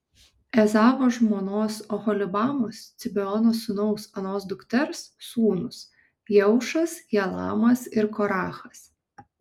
ezavo žmonos oholibamos cibeono sūnaus anos dukters sūnūs jeušas jalamas ir korachas